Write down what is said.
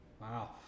Wow